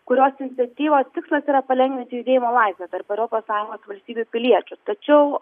kurios iniciatyvos tikslas yra palengvinti judėjimo laisvę tarp europos sąjungos valstybių piliečių tačiau